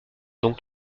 donc